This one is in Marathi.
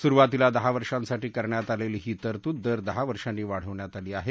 सुरुवातीला दहा वर्षांसाठी करण्यात आलेली ही तरतूद दर दहा वर्षांनी वाढवण्यात आली आहे